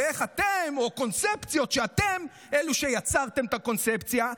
ואיך אתם או קונספציות שאתם אלה שיצרתם את הקונספציה,